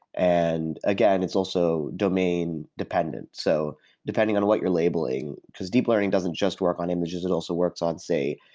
and again, it's also domain dependent. so depending on what you're labeling, because deep learning doesn't just work on images. it also works on, say,